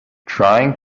trying